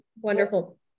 wonderful